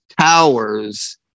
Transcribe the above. towers